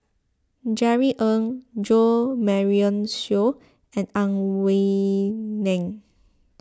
Jerry Ng Jo Marion Seow and Ang Wei Neng